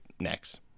next